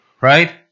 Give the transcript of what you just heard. right